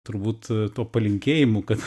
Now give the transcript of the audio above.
turbūt tuo palinkėjimu kad